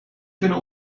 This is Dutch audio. kunnen